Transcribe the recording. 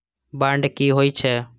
Bond की होई छै?